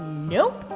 nope.